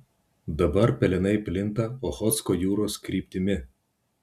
dabar pelenai plinta ochotsko jūros kryptimi